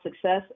success